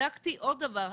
בדקתי עוד דבר.